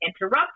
interrupt